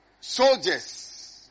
soldiers